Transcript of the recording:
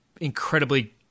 incredibly